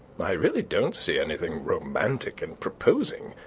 i really don't see anything romantic in proposing.